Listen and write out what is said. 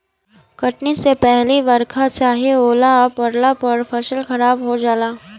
कटनी से पहिले बरखा चाहे ओला पड़ला पर फसल खराब हो जाला